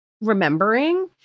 Remembering